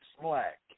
slack